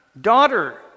daughter